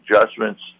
adjustments